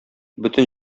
бөтен